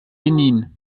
benin